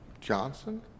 Johnson